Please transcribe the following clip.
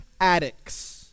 addicts